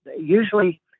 Usually